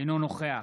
אינו נוכח